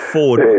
Ford